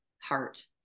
heart